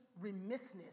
remissness